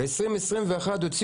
ב-2019 היו